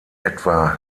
etwa